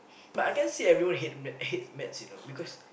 but I can't say everyone hate maths hates math you know because